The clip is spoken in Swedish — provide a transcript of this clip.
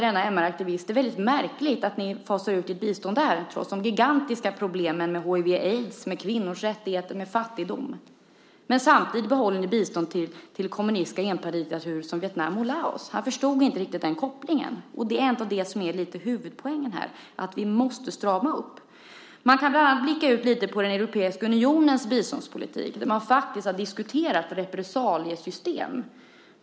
Denna MR-aktivist sade: Det är väldigt märkligt att ni fasar ut ert bistånd där, trots de gigantiska problemen med hiv/aids, kvinnors rättigheter och fattigdom, men samtidigt behåller biståndet till kommunistiska enpartidiktaturer som Vietnam och Laos. Han förstod inte riktigt den kopplingen. Det är ändå det som lite är huvudpoängen här, att vi måste strama upp. Man kan bland annat blicka ut lite på den europeiska unionens biståndspolitik. Där har man faktiskt diskuterat repressaliesystem.